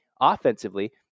offensively